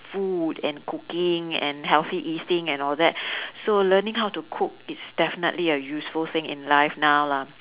food and cooking and healthy eating and all that so learning how to cook is definitely a useful thing in life now lah